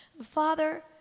Father